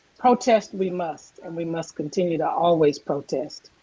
protest we must, and we must continue to always protest,